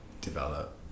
develop